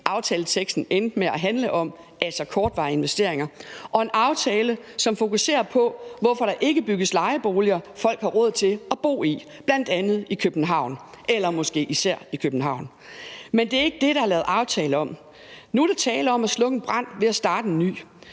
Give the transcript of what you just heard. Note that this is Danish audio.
aftaleteksten endte med at handle om, altså kortvarige investeringer, og en aftale, som fokuserer på, hvorfor der ikke bygges plejeboliger, som folk har råd til at bo i, bl.a. i København eller måske især i København. Men det er ikke det, der er lavet en aftale om. Nu er der tale om at slukke en brand ved at starte en ny